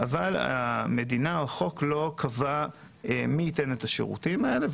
אך המדינה או החוק לא קבע מי ייתן את השירותים האלה,